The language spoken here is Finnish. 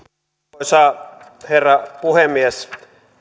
arvoisa herra puhemies